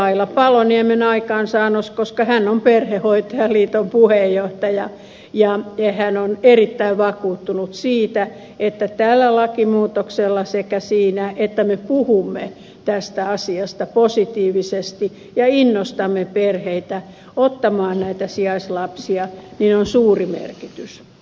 aila paloniemen aikaansaannos koska hän on perhehoitoliiton puheenjohtaja ja hän on erittäin vakuuttunut siitä että tällä lakimuutoksella sekä sillä että me puhumme tästä asiasta positiivisesti ja innostamme perheitä ottamaan sijaislapsia on suuri merkitys